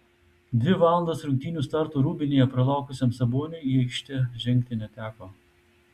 dvi valandas rungtynių starto rūbinėje pralaukusiam saboniui į aikštę žengti neteko